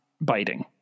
biting